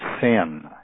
sin